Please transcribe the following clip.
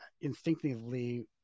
instinctively